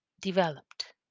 developed